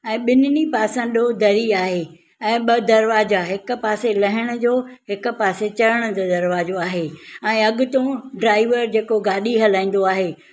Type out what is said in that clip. ऐं ॿिन्हिनि पासा नंढो दरी आहे ऐं ॿ दरवाजा हिकु पासे लहण जो हिकु पासे चढ़ण जो दरवाजो आहे ऐं अॻितो ड्राइवर जेको गाॾी हलाईंदो आहे